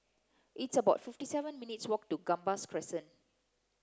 it's about fifty seven minutes' walk to Gambas Crescent